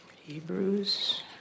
Hebrews